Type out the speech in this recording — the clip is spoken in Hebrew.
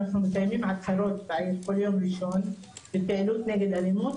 אנחנו מקיימים עצרות בעיר כל יום ראשון לפעילות נגד אלימות,